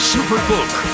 Superbook